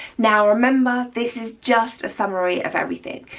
now remember, this is just a summary of everything.